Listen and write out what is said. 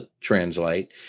translate